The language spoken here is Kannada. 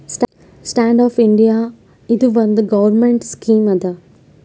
ಸ್ಟ್ಯಾಂಡ್ ಅಪ್ ಇಂಡಿಯಾ ಇದು ಒಂದ್ ಗೌರ್ಮೆಂಟ್ ಸ್ಕೀಮ್ ಅದಾ